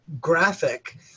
graphic